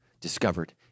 discovered